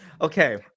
Okay